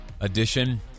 edition